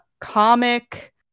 comic